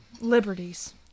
liberties